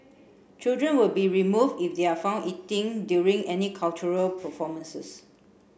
children will be remove if they are found eating during any cultural performances